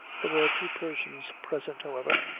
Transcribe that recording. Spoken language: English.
there were two persons present, however,